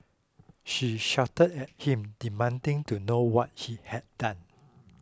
she shouted at him demanding to know what he had done